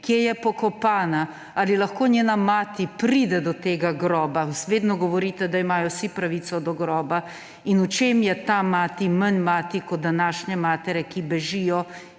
Kje je pokopana? Ali lahko njena mati pride do tega groba – vedno govorite, da imajo vsi pravico do groba – in v čem je ta mati manj mati kot današnje matere, ki bežijo